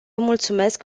mulțumesc